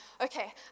okay